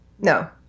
No